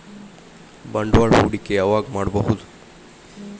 ಬಂಡವಾಳ ಹೂಡಕಿ ಯಾವಾಗ್ ಮಾಡ್ಬಹುದು?